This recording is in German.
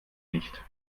nicht